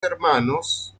hermanos